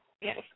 Yes